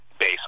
base